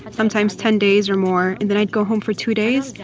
sometimes ten days or more. and then i'd go home for two days,